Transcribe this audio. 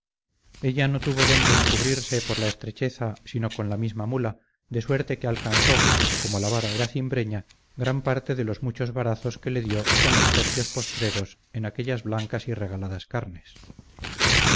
ella no tuvo donde encubrirse por la estrecheza sino con la misma mula de suerte que alcanzó como la vara era cimbreña gran parte de los muchos varazos que le dió con los tercios postreros en aquellas blancas y regaladas carnes